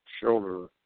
shoulder